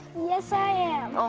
yes, i am!